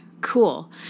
cool